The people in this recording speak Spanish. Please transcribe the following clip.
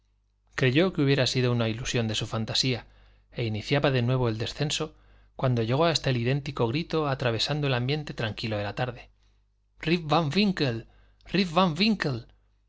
creyó que hubiera sido una ilusión de su fantasía e iniciaba de nuevo el descenso cuando llegó hasta él idéntico grito atravesando el ambiente tranquilo de la tarde rip van winkle